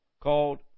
called